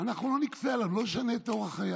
ואנחנו לא נכפה עליו, לא נשנה את אורח חייו.